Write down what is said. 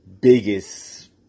Biggest